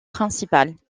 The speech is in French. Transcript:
principales